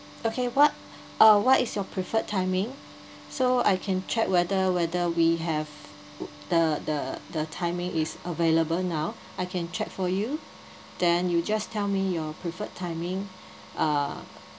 okay what uh what is your preferred timing so I can check whether whether we have the the the timing is available now I can check for you then you just tell me your preferred timing uh